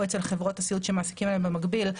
או אצל חברות הסיעוד שמעסיקים במקביל.